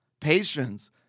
Patience